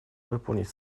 выполнить